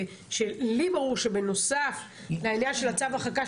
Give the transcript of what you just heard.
לי ברור שבנוסף לעניין של צו ההרחקה,